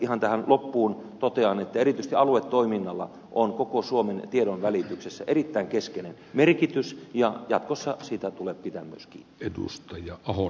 ihan tähän loppuun totean että erityisesti aluetoiminnalla on koko suomen tiedonvälityksessä erittäin keskeinen merkitys ja jatkossa siitä tulee pitää myös kiinni